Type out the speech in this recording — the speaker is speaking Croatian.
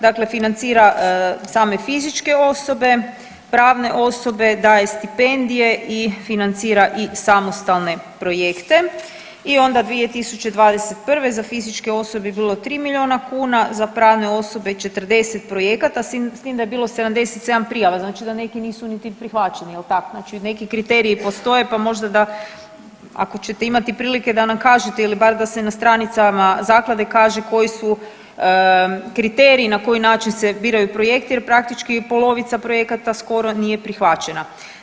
Dakle financira same fizičke osobe, pravne osobe, daje stipendije i financira i samostalne projekte i onda 2021. za fizičke osobe je bilo 3 milijuna kuna, za pravne osobe 40 projekata, s tim da je bilo 77 prijava, znači da neki nisu niti prihvaćeni, je l' tak, znači neki kriteriji postoje pa možda da ako ćete imati prilike da nam kažete ili bar da se na stranicama Zaklade kaže koji su kriteriji i na koji način se biraju projekti jer praktički polovica projekata skoro nije prihvaćena.